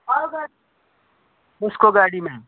कसको गाडीमा